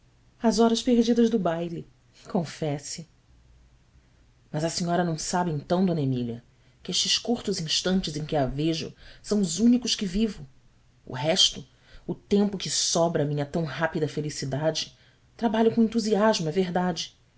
as horas perdidas do baile onfesse as a senhora não sabe então d emília que estes curtos instantes em que a vejo são os únicos que vivo o resto o tempo que sobra à minha tão rápida felicidade trabalho com entusiasmo é verdade